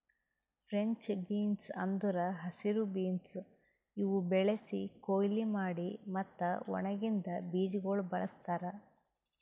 French beans ಅಂದುರ್ ಹಸಿರು beans ಇವು ಬೆಳಿಸಿ, ಕೊಯ್ಲಿ ಮಾಡಿ ಮತ್ತ ಒಳಗಿಂದ್ ಬೀಜಗೊಳ್ ಬಳ್ಸತಾರ್